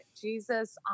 Jesus